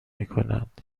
میکنند